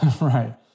Right